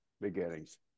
beginnings